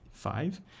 Five